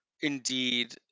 indeed